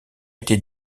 été